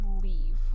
leave